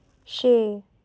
छे